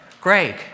Greg